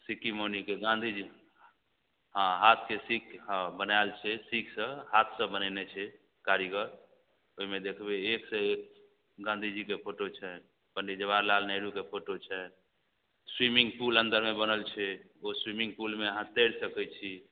सिक्की मौनीके गाँधीजी हँ हाथके सीख हँ बनायल छै सीखसँ हाथसँ बनेने छै कारीगर ओइमे देखबय एकसँ एक गाँधी जीके फोटो छै पण्डित जवाहरलाल नेहरूके फोटो छै स्विमिंग पूल अन्दरमे बनल छै ओ स्विमिंग पूलमे अहाँ तैर सकय छी